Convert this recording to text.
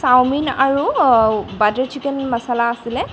চাও মিন আৰু butter chicken masala আছিলে